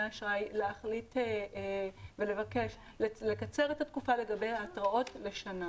אשראי להחליט ולבקש לקצר את התקופה לגבי התראות לשנה